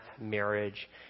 marriage